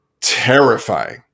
terrifying